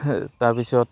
তাৰপিছত